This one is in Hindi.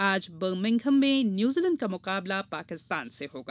आज बर्मिघम में न्यूजीलैंड का मुकाबला पाकिस्तान से होगा